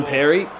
Perry